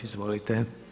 Izvolite.